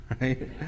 right